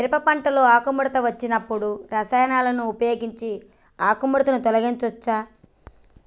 మిరప పంటలో ఆకుముడత వచ్చినప్పుడు రసాయనాలను ఉపయోగించి ఆకుముడత తొలగించచ్చా?